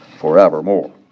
forevermore